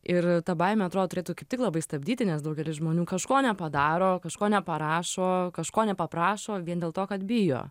ir ta baimė atrodo turėtų kaiptik labai stabdyti nes daugelis žmonių kažko nepadaro kažko neparašo kažko nepaprašo vien dėl to kad bijo